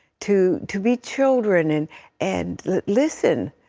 to to be children and and listen,